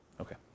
Okay